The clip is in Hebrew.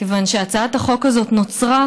כיוון שחוק הזה נוצר,